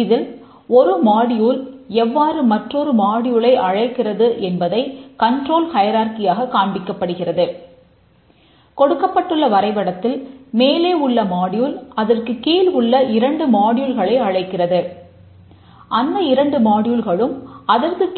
அதில் ஒன்று ஹையரார்க்கி